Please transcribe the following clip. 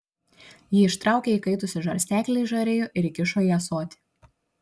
ji ištraukė įkaitusį žarsteklį iš žarijų ir įkišo į ąsotį